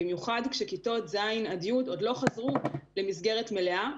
במיוחד כשכיתות ז' עד י' עוד לא חזרו למסגרת מלאה.